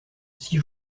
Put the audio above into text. six